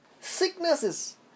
sicknesses